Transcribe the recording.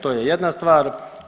To je jedna stvar.